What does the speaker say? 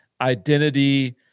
identity –